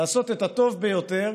לעשות את הטוב ביותר